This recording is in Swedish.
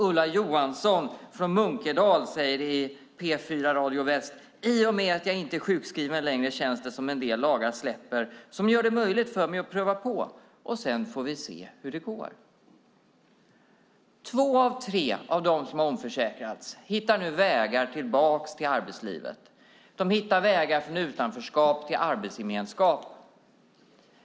Ulla Johansson från Munkedal sade i P4 Radio Väst: "I och med att jag inte är sjukskriven längre känns det som en del lagar släpper som gör det möjligt för mig att pröva på, sedan får vi ser hur det går." Två av tre av dem som har omförsäkrats hittar nu vägar tillbaka till arbetslivet. De hittar vägar från utanförskap till arbetsgemenskap.